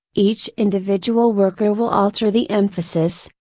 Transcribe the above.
each individual worker will alter the emphasis,